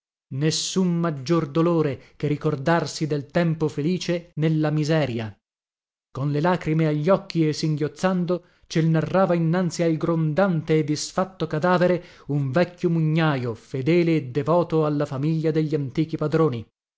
nessun maggior dolore che ricordarsi del tempo felice nella miseria con le lacrime agli occhi e singhiozzando cel narrava innanzi al grondante e disfatto cadavere un vecchio mugnajo fedele e devoto alla famiglia degli antichi padroni